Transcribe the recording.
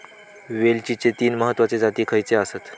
वेलचीचे तीन महत्वाचे जाती खयचे आसत?